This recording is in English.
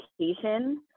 education